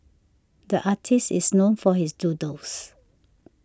the artist is known for his doodles